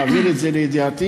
תעבירי את זה לידיעתי,